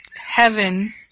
heaven